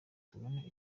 tubone